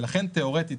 ולכן תיאורטית,